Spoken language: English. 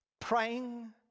praying